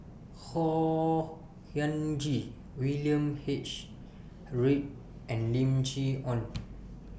Khor Ean Ghee William H Read and Lim Chee Onn